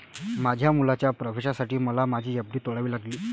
माझ्या मुलाच्या प्रवेशासाठी मला माझी एफ.डी तोडावी लागली